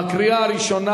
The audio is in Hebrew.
בקריאה הראשונה,